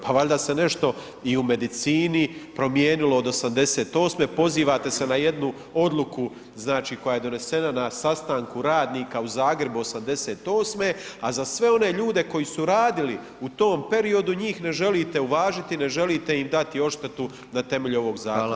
Pa valjda se nešto i u medicini promijenilo od '88., pozivate se na jednu odluku znači koja je donesena na sastanku radnika u Zagrebu '88., a za sve one ljude koji su radili u tom periodu njih ne želite uvažiti, ne želite im dati odštetu na temelju ovog zakona.